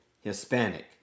Hispanic